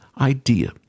idea